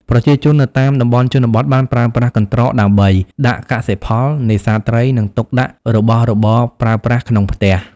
ប្រជាជននៅតាមតំបន់ជនបទបានប្រើប្រាស់កន្ត្រកដើម្បី ដាក់កសិផល នេសាទត្រី និង ទុកដាក់របស់របរប្រើប្រាស់ក្នុងផ្ទះ។